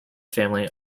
family